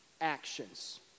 actions